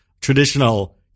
traditional